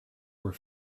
were